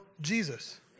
Jesus